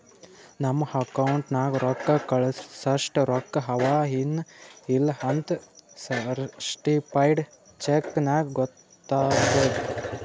ನಮ್ದು ಅಕೌಂಟ್ ನಾಗ್ ರೊಕ್ಕಾ ಕಳ್ಸಸ್ಟ ರೊಕ್ಕಾ ಅವಾ ಎನ್ ಇಲ್ಲಾ ಅಂತ್ ಸರ್ಟಿಫೈಡ್ ಚೆಕ್ ನಾಗ್ ಗೊತ್ತಾತುದ್